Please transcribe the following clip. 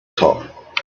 top